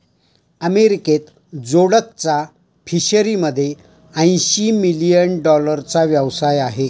अमेरिकेत जोडकचा फिशरीमध्ये ऐंशी मिलियन डॉलरचा व्यवसाय आहे